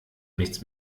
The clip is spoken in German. nichts